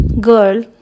girl